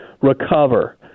recover